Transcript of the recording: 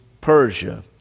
Persia